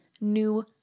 new